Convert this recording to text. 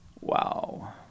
Wow